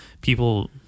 people